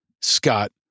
Scott